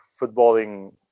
footballing